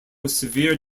severe